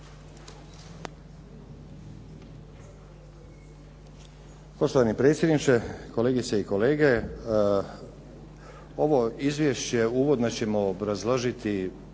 Poštovani predsjedniče, kolegice i kolege. Ovo izvješće uvodno ćemo obrazložiti